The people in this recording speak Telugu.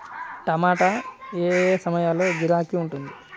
టమాటా ఏ ఏ సమయంలో గిరాకీ ఉంటుంది?